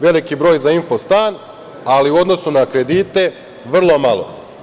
Veliki broj za infostan, ali u odnosu na kredite, vrlo malo.